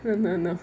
no no no